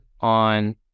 on